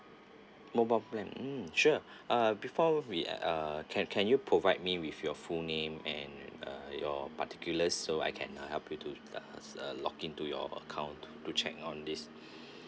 mobile plan mm sure uh before we uh can can you provide me with your full name and uh your particulars so I can uh help you to uh uh log into your account to check on this